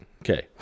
Okay